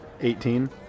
Eighteen